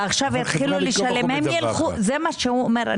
ועכשיו יתחילו לשלם זה מה שהוא אומר,